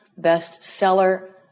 bestseller